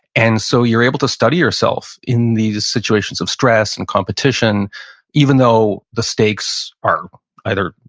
and so you're able to study yourself in these situations of stress and competition even though the stakes are either